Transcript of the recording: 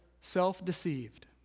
self-deceived